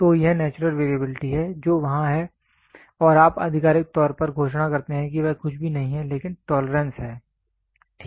तो यह natural variability है जो वहां है और आप आधिकारिक तौर पर घोषणा करते हैं कि वह कुछ भी नहीं है लेकिन टोलरेंस है ठीक है